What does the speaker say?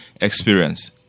experience